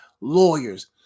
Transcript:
lawyers